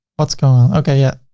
what's going on? okay, yeah.